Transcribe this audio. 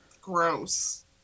gross